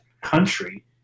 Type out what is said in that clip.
country